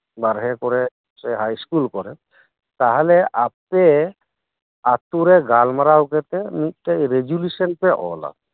ᱵᱟᱨᱦᱮ ᱠᱚᱨᱮ ᱥᱮ ᱦᱟᱭ ᱤᱥᱠᱩᱞ ᱠᱚᱨᱮ ᱛᱟᱦᱚᱞᱮ ᱟᱯᱮ ᱟᱛᱳ ᱨᱮ ᱜᱟᱞᱢᱟᱨᱟᱣ ᱠᱟᱛᱮ ᱢᱤᱫᱴᱮᱡ ᱨᱮᱡᱩᱞᱮᱥᱚᱱ ᱯᱮ ᱚᱞᱟ